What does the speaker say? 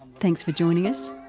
thanks for joining us.